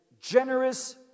generous